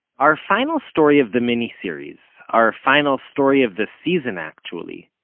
our final story of the miniseries, our final story of the season actually,